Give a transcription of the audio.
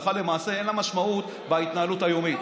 הלכה למעשה אין לה משמעות בהתנהלות היומית,